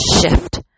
shift